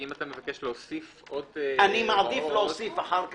כי אם אתה מבקש להוסיף- - אני מעדיף להוסיף אחר כך,